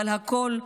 אבל הכול,